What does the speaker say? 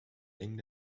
eng